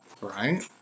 Right